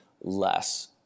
less